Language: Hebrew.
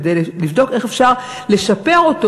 כדי לבדוק איך אפשר לשפר אותו,